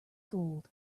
gold